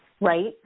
Right